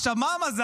עכשיו, מה המזל?